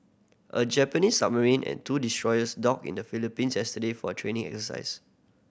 a Japanese submarine and two destroyers docked in the Philippines yesterday for a training exercise